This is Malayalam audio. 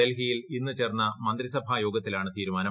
ഡൽഹിയിൽ ഇന്ന് ചേർന്ന മന്ത്രിസഭാ യോഗത്തിലാണ് തീരുമാനം